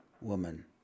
woman